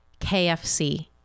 KFC